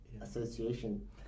association